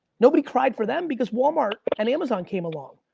nobody cried for them because walmart and amazon came along.